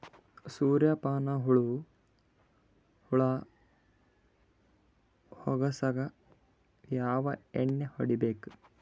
ಸುರ್ಯಪಾನ ಹುಳ ಹೊಗಸಕ ಯಾವ ಎಣ್ಣೆ ಹೊಡಿಬೇಕು?